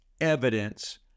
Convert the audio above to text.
evidence